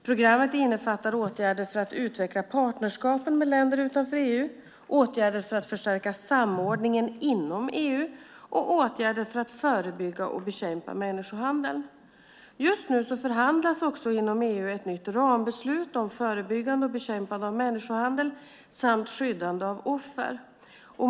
Programmet innefattar åtgärder för att utveckla partnerskapen med länder utanför EU, åtgärder för att förstärka samordningen inom EU och åtgärder för att förebygga och bekämpa människohandeln. Just nu förhandlas också inom EU ett nytt rambeslut om förebyggande och bekämpande av människohandel samt skyddande av offer.